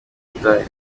indaya